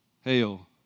Hail